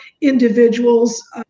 individuals